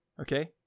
okay